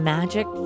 Magic